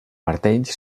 martell